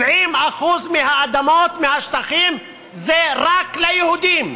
70% מהאדמות בשטחים זה רק ליהודים.